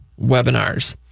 webinars